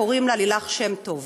קוראים לה לילך שם טוב.